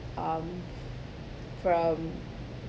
um from